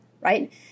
right